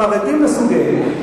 חרדים לסוגיהם.